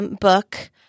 book